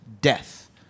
death